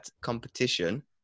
competition